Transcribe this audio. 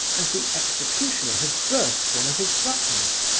and the executioner has burst one of his buttons,